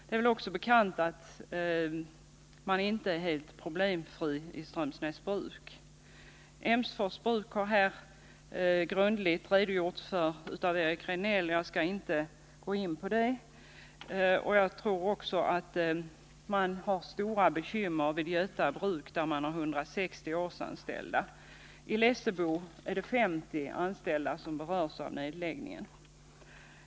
Det är också bekant att man inte är helt problemfri i Strömsnäs bruk. Problemen vid Emsfors har Eric Rejdnell grundligt redogjort för, och jag skall inte gå in på dessa. Jag tror också att man har stora bekymmer vid Göta bruk, som har 160 årsanställda. I Lessebo är det 50 anställda som berörs av nedläggningen.